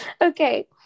Okay